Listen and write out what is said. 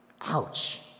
Ouch